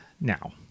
Now